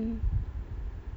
mm mm